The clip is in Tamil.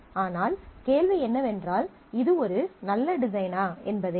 ஆனால் கேள்வி என்னவென்றால் இது ஒரு நல்ல டிசைனா என்பதே